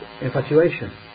infatuation